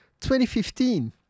2015